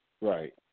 right